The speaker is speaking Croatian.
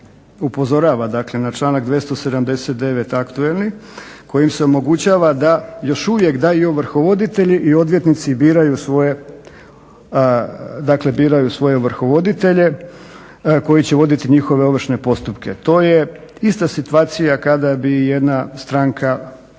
upozorava na članak 279. aktualni kojim se omogućava da još uvijek da i ovrhovoditelji i odvjetnici biraju svoje ovrhovoditelje koji će voditi njihove ovršne postupke. To je ista situacija kada bi jedna stranka u